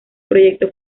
proyecto